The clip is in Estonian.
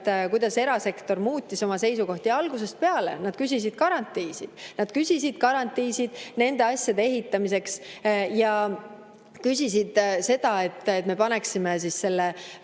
kuidas erasektor muutis oma seisukohti. Algusest peale nad küsisid garantiisid. Nad küsisid garantiisid nende asjade ehitamiseks ja küsisid seda, et me paneksime selle